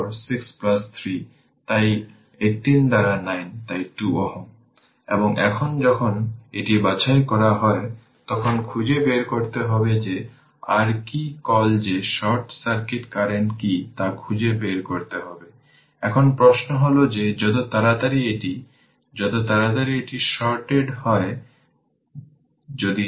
এখন t 0 এ উভয় দিকের জন্য ইন্টিগ্রেট করুন এবং এখানে কারেন্ট ছিল I0 এবং t টাইম t কারেন্ট ছিল di i 2 3 ইন্টিগ্রেশন 0 থেকে t dt বা i t সহজভাবে ইন্টিগ্রেশন প্রয়োগ করলে i t I0 e পাওয়া যাবে